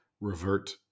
revert